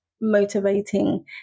motivating